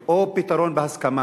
אפשרויות: או פתרון בהסכמה,